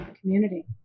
community